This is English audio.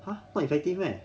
!huh! more effective meh